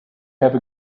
have